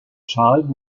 child